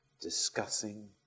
discussing